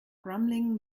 grumbling